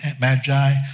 magi